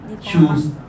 choose